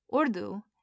Urdu